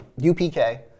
UPK